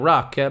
Rock